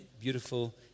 beautiful